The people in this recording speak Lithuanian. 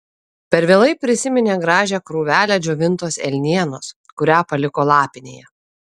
per vėlai prisiminė gražią krūvelę džiovintos elnienos kurią paliko lapinėje